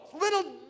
Little